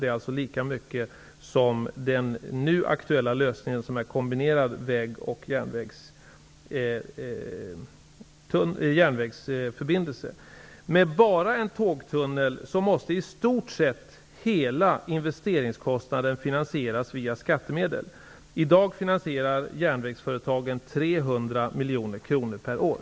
Det är alltså lika mycket som kostnaden för den nu aktuella lösningen, med en kombinerad väg och järnvägsförbindelse. I stort sett hela investeringen för bara en tågtunnel måste finansieras via skattemedel. I dag bidrar järnvägsföretagen till finansieringen med 300